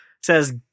says